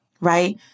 right